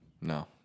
No